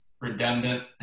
redundant